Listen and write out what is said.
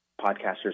podcasters